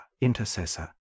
intercessor